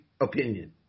opinion